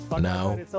Now